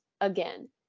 again